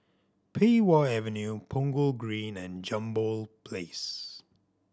Pei Wah Avenue Punggol Green and Jambol Place